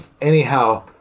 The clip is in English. Anyhow